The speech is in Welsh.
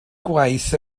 gwaith